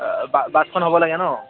বা বাছখন হ'ব লাগে নহ্